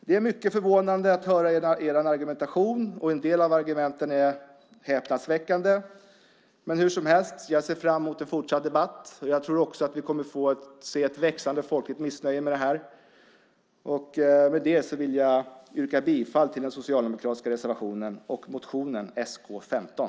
Det är mycket förvånande att höra er argumentation. En del av argumenten är häpnadsväckande. Men hur som helst ser jag fram emot en fortsatt debatt. Jag tror också att vi kommer att få se ett växande folkligt missnöje med det här. Med det vill jag yrka bifall till den socialdemokratiska reservationen och motionen Sk15.